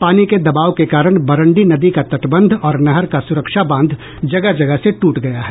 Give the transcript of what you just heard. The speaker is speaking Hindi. पानी के दबाव के कारण बरंडी नदी का तटबंध और नहर का सुरक्षा बांध जगह जगह से टूट गया है